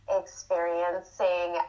experiencing